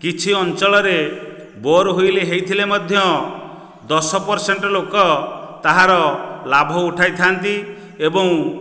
କିଛି ଅଞ୍ଚଳରେ ବୋରୱେଲ୍ ହୋଇଥିଲେ ମଧ୍ୟ ଦଶ ପରସେଣ୍ଟ ଲୋକ ତାହାର ଲାଭ ଉଠେଇଥାନ୍ତି ଏବଂ